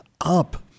up